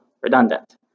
redundant